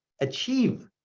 achieve